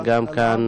וגם כאן,